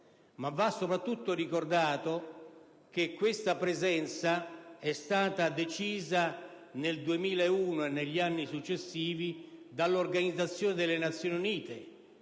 ma soprattutto che questa presenza è stata decisa nel 2001 e negli anni successivi dall'Organizzazione delle Nazioni Unite,